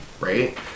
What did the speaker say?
right